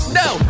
no